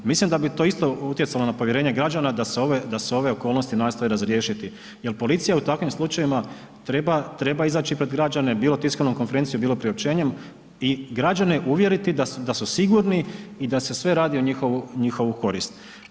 Mislim da bi to isto utjecalo na povjerenje građana da se ove okolnosti nastoje razriješiti jer policija u takvim slučajevima treba izaći pred građane, bilo tiskanom konferencijom, bilo priopćenjem i građane uvjeriti da su sigurni i da se sve radi u njihovu korist.